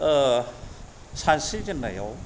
सानस्रिजेननायाव